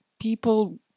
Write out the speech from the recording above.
people